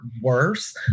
worse